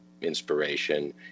inspiration